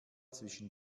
zwischen